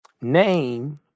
name